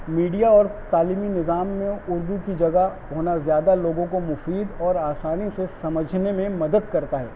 media اور تعلیمی نظام میں اردو کی جگہ ہونا زیادہ لوگوں کو مفید اور آسانی سے سمجھنے میں مدد کرتا ہے